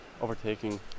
overtaking